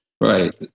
Right